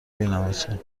بینمتون